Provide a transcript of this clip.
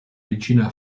regina